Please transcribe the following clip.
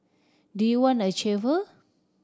do you want a chauffeur